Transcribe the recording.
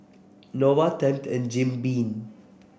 Nova Tempt and Jim Beam